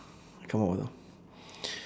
come out water